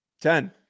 Ten